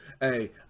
Hey